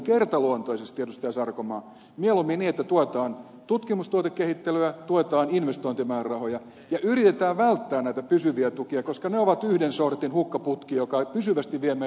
sarkomaa mieluummin niin että tuetaan tutkimusta ja tuotekehittelyä tuetaan investointimäärärahoja ja yritetään välttää näitä pysyviä tukia koska ne ovat yhden sortin hukkaputki joka pysyvästi vie meidän hyvinvointia jonnekin muualle